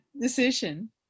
Decision